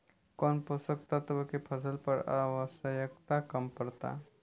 कौन पोषक तत्व के फसल पर आवशयक्ता कम पड़ता?